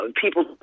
people